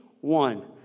one